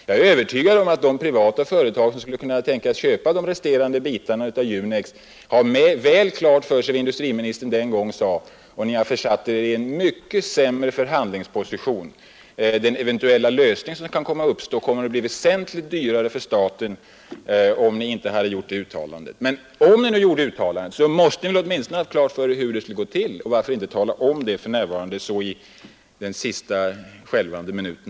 Jag är övertygad om att de privata företag som skulle kunna tänkas köpa de resterande bitarna av Junex har väl klart för sig vad industriminstern den gången sade, och ni har försatt er i en mycket sämre förhandlingsposition. Den eventuella lösning som kan uppstå kommer att bli väsentligt dyrare för staten än om ni inte hade gjort det uttalandet. När ni nu gjorde uttalandet, så måste ni åtminstone ha klart för er hur det skall gå till. Varför inte tala om det i den sista skälvande minuten?